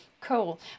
cool